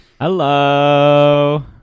Hello